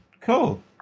Cool